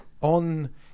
on